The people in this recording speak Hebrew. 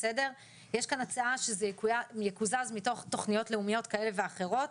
יש כאן הצעה שזה יקוזז מתוך תוכניות לאומיות כאלה ואחרות.